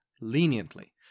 leniently